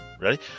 ready